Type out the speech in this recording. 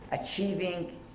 achieving